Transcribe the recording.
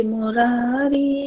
Murari